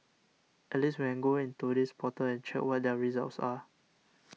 at least we can go in to this portal and check what their results are